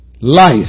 Life